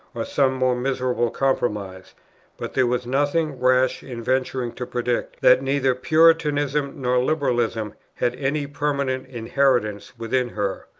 or some more miserable compromise but there was nothing rash in venturing to predict that neither puritanism nor liberalism had any permanent inheritance within her.